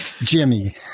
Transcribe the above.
Jimmy